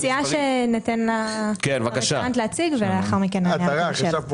אני מציעה שהרפרנט יציג ואחר כך נתייחס.